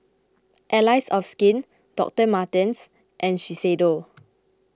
Allies of Skin Doctor Martens and Shiseido